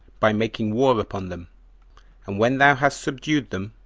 by making war upon them and when thou hast subdued them,